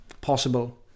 Possible